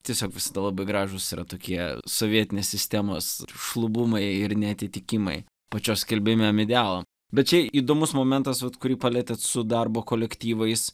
tiesiog visada labai gražūs yra tokie sovietinės sistemos šlubumai ir neatitikimai pačios skelbiamiem idealam bet čia įdomus momentas kurį palietėt su darbo kolektyvais